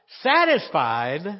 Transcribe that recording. satisfied